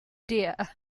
deer